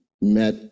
met